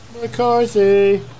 McCarthy